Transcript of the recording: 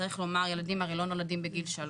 צריך לומר, ילדים הרי לא נולדים בגיל 3,